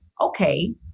okay